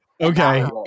Okay